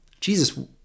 Jesus